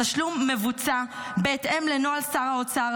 התשלום מבוצע בהתאם לנוהל שר האוצר,